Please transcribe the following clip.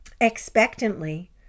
expectantly